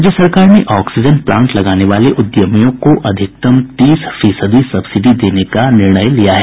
राज्य सरकार ने ऑक्सीजन प्लांट लगाने वाले उद्यमियों को अधिकतम तीस फीसदी सब्सिडी देने का निर्णय लिया है